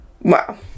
Wow